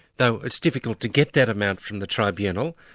though it's difficult to get that amount from the tribunal.